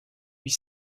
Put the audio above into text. huit